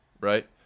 right